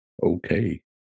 okay